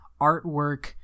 artwork